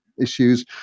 issues